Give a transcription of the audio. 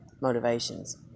motivations